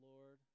Lord